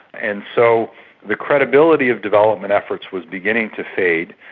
and so the credibility of development efforts was beginning to fade,